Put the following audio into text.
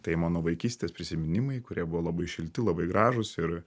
tai mano vaikystės prisiminimai kurie buvo labai šilti labai gražūs ir